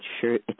sure